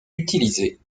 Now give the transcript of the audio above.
utilisée